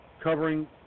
covering